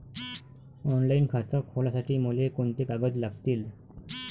Online खातं खोलासाठी मले कोंते कागद लागतील?